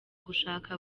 gushaka